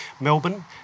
Melbourne